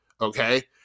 okay